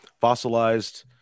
fossilized